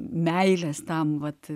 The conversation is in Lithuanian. meilės tam vat